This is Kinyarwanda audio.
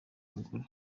mugore